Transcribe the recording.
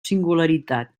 singularitat